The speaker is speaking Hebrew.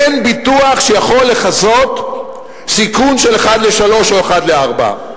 אין ביטוח שיכול לכסות סיכון של אחד לשלושה או אחד לארבעה.